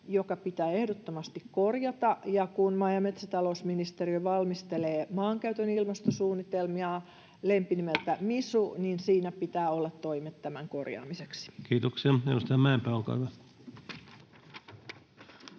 joka pitää ehdottomasti korjata, ja kun maa- ja metsätalousministeriö valmistelee maankäytön ilmastosuunnitelmaa, lempinimeltä MISU, niin siinä pitää olla toimet tämän korjaamiseksi. Kiitoksia. — Edustaja Mäenpää, olkaa hyvä.